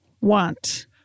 want